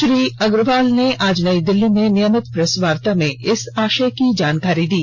श्री अग्रवाल ने आज नई दिल्ली में नियमित प्रेसवार्ता में इस आषय की जानकारी दी